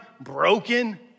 broken